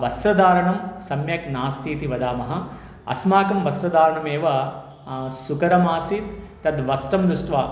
वस्रधारणं सम्यक् नास्तीति वदामः अस्माकं वस्रधारणमेव सुकरमासीत् तद् वस्रं दृष्ट्वा